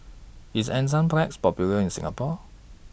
IS Enzyplex Popular in Singapore